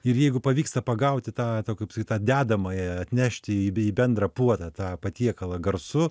ir jeigu pavyksta pagauti tą kaip sakyt tą dedamąją atnešti į be bendrą puodą tą patiekalą garsu